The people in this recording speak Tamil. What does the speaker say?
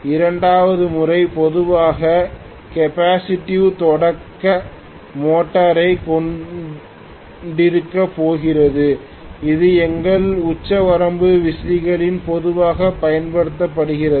இரண்டாவது முறை பொதுவாக கெப்பாசிட்டிவ் தொடக்க மோட்டாரைக் கொண்டிருக்கப் போகிறது இது எங்கள் உச்சவரம்பு விசிறிகளில் பொதுவாகப் பயன்படுத்தப்படுகிறது